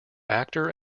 actor